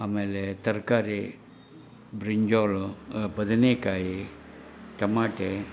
ಆಮೇಲೆ ತರಕಾರಿ ಬ್ರಿಂಜಾಲು ಬದನೆಕಾಯಿ ಟಮಾಟೆ